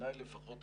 ובעיניי לפחות,